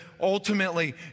ultimately